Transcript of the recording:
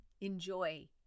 Enjoy